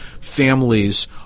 families